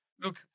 Look